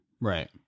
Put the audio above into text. Right